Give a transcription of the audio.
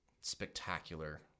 spectacular